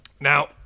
Now